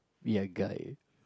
we are guy